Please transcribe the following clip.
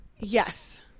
Yes